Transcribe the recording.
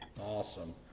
Awesome